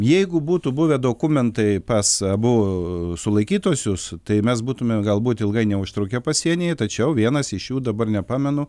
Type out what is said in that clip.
jeigu būtų buvę dokumentai pas abu sulaikytuosius tai mes būtume galbūt ilgai neužtrukę pasienyje tačiau vienas iš jų dabar nepamenu